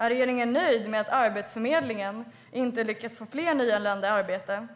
Är regeringen nöjd med att Arbetsförmedlingen inte lyckas få fler nyanlända i arbete?